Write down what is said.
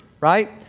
right